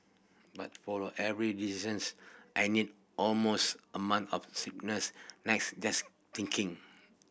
but for every decisions I need almost a month of sleepless nights just thinking